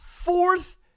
Fourth